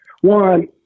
One